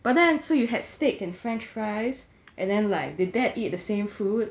but then so you had steak and french fries and then like did dad eat the same food